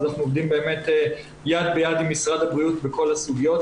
אנחנו עובדים יד ביד עם משרד הבריאות בכל הסוגיות